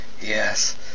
yes